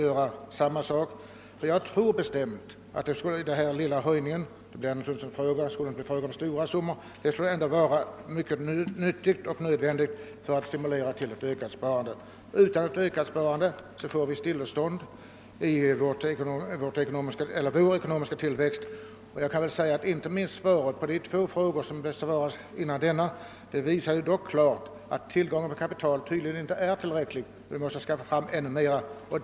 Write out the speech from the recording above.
En höjning av dessa avdrag — den behöver inte vara stor — skulle tjäna som nyttig stimulans till ökat sparande. Utan sparande stannar vår ekonomiska tillväxt upp. Svaren på de två föregående frågorna visade klart att tillgången på kapital inte är tillräcklig — vi måste skaffa fram ännu mer.